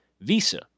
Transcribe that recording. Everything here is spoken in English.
Visa